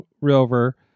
rover